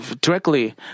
directly